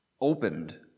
opened